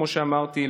כמו שאמרתי,